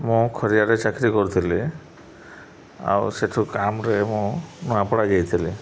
ମୁଁ ଖରିଆରେ ଚାକିରି କରୁଥିଲି ଆଉ ସେଠୁ କାମରେ ମୁଁ ନୂଆପଡ଼ା ଯାଇଥିଲି